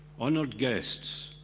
honoured guests,